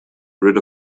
rid